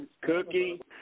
Cookie